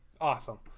Awesome